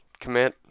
Commit